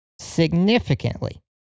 significantly